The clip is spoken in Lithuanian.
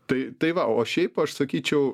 tai tai va o šiaip aš sakyčiau